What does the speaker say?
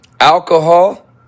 Alcohol